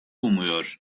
umuyor